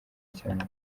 cyane